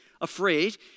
afraid